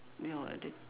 your the